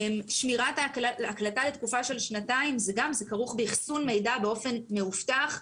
שמירת ההקלטה לתקופה של שנתיים זה כרוך באכסון מידע באופן מאובטח.